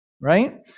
right